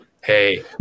hey